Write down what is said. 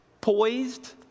poised